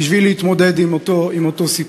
כדי להתמודד עם אותו סיפור.